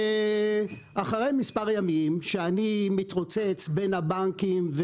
אחרי מספר ימים שאני מתרוצץ בין הבנקים,